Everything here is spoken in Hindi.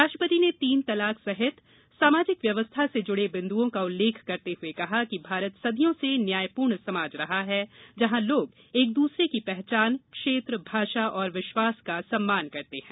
राष्ट्रपति ने तीन तलाक सहित सामाजिक व्यवस्था से जुड़े बिन्दुओं का उल्लेख करते हुए कहा कि भारत सदियों से न्यायपूर्ण समाज रहा है जहां लोग एक दूसरे की पहचान क्षेत्र भाषा और विश्वास का सम्मान करते हैं